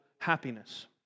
happiness